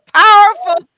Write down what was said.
powerful